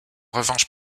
revanche